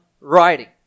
writing